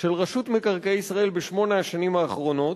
של רשות מקרקעי ישראל בשמונה השנים האחרונות,